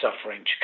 suffering